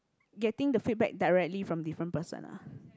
getting the feedback directly from different person ah